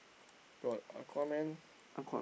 got Aquaman